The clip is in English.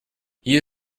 you